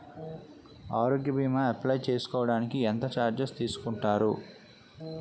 ఆరోగ్య భీమా అప్లయ్ చేసుకోడానికి ఎంత చార్జెస్ తీసుకుంటారు?